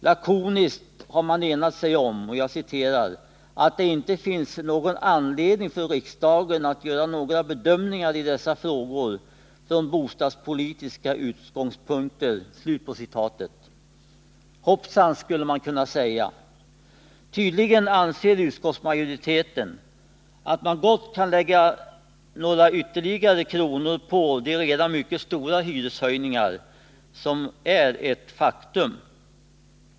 Lakoniskt har man enat sig om ”att det inte finns anledning för riksdagen att nu göra några bedömningar i dessa frågor från bostadspolitiska utgångspunkter”. Hoppsan, skulle man kunna säga! Tydligen anser utskottsmajoriteten att man gott kan lägga några ytterligare kronor på de redan mycket stora hyreshöjningar som är ett faktum.